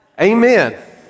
Amen